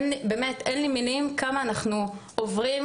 שבאמת אין לי מילים כמה אנחנו עוברים,